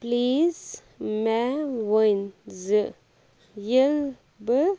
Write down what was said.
please مےٚ ؤنۍ زِ ییٚلہِ بہٕ